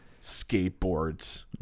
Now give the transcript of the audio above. Skateboards